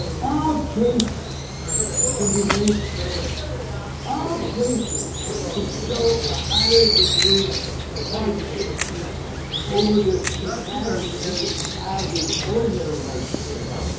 all cases can be made special all cases can show a higher degree of hardship over this imaginary average, ordinary hardship level.